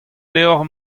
levr